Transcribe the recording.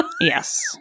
Yes